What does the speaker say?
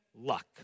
luck